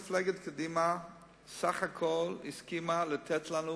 מפלגת קדימה בסך הכול הסכימה לתת לנו,